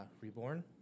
Reborn